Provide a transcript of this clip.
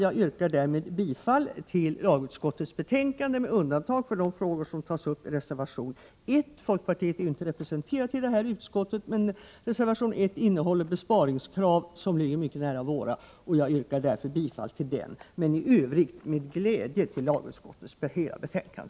Jag yrkar därmed bifall till lagutskottets hemställan med undantag för de frågor som tas upp i reservation 1. Folkpartiet är inte representerat i det här utskottet, men denna reservation innehåller besparingskrav som ligger mycket nära våra. Jag yrkar därför bifall till den och i övrigt med glädje till hemställan i lagutskottets betänkande.